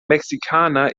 mexikaner